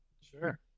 Sure